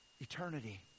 Eternity